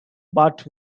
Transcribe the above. but